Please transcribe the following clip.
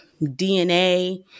DNA